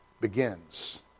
begins